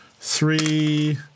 three